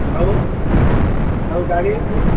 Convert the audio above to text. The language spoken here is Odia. ଆଉ ଆଉ ଗାଡ଼ି